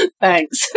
Thanks